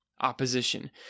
opposition